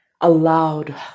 allowed